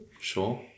Sure